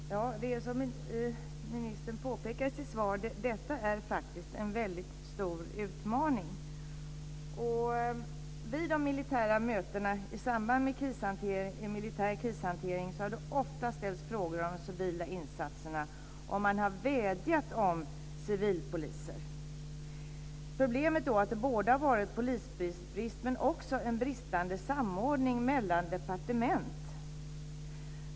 Fru talman! Det är som ministern påpekar i sitt svar, nämligen att detta är en stor utmaning. Vid de militära mötena i samband med militär krishantering har det ofta ställts frågor om de civila insatserna. Man har vädjat om civilpoliser. Problemet är att det har både varit en polisbrist men också en bristande samordning mellan departement.